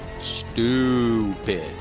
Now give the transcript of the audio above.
stupid